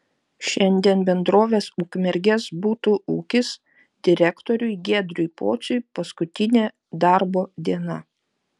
šiandien bendrovės ukmergės butų ūkis direktoriui giedriui pociui paskutinė darbo diena